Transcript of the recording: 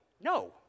No